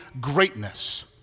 greatness